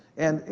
and you